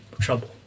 trouble